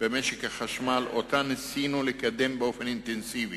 במשק החשמל, שאותה ניסינו לקדם באופן אינטנסיבי.